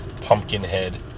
Pumpkinhead